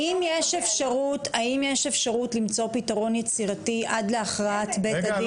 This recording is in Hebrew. האם יש אפשרות למצוא פתרון יצירתי עד להכרעת בית הדין?